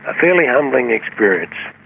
ah fairly humbling experience.